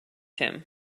him